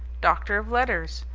doctor of letters,